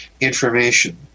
information